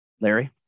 Larry